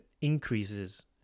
increases